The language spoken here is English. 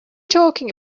talking